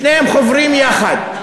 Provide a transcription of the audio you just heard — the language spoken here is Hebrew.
שתיהן חוברות יחד,